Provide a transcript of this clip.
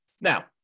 Now